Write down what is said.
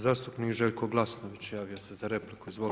Zastupnik Željko Glasnović javio se za repliku, izvolite.